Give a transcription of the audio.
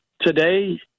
today